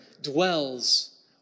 dwells